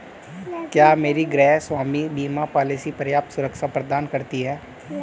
क्या मेरी गृहस्वामी बीमा पॉलिसी पर्याप्त सुरक्षा प्रदान करती है?